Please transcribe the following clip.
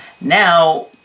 Now